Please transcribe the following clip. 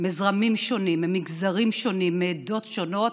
מזרמים שונים, ממגזרים שונים, מעדות שונות,